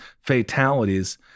fatalities